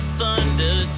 thunder